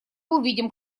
увидим